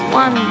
one